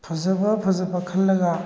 ꯐꯖꯕ ꯐꯖꯕ ꯈꯜꯂꯒ